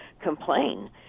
complain